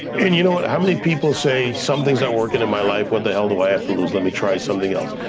and you know what, how many people say, something's not working in my life, what the hell do i have to lose, let me try something else.